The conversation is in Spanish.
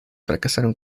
fracasaron